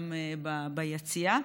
גם ביציע.